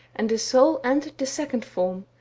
and the soul entered the second form,